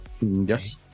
yes